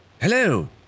Hello